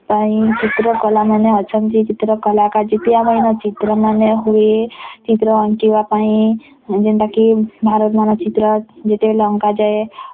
ପାଇଁ ଚିତ୍ର କଲାମାନେ ଅଛନ୍ତି ଚିତ୍ର କଲାକା ଆମେ ଚିତ୍ରମାନେ ହୁଏ ଚିତ୍ର ଆଙ୍କିବା ପାଇଁ ଯେନ୍ତା କି ଭାରତ ମାନଚିତ୍ର ଯେତେବେଳେ ଅଙ୍କାଯାଏ